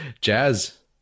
Jazz